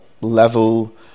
level